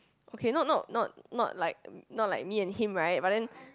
okay not not not like not like not like me and him right